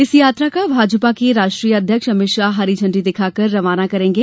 इस यात्रा का भाजपा के राष्ट्रीय अध्यक्ष अमित शाह हरी झंडी दिखाकर रवाना करेंगे